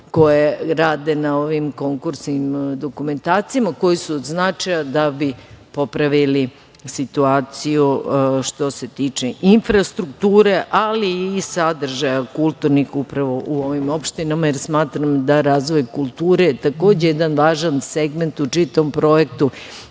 koje rade na ovim konkursnim dokumentacijama koji su od značaja da bi popravili situaciju što se tiče infrastrukture, ali i sadržaja kulturnih upravo u ovim opštinama. Jer smatram da je razvoj kulture takođe jedan važan segment u čitavom projektu